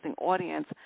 audience